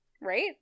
Right